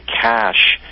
cash